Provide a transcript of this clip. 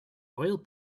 oil